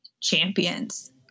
champions